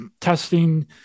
testing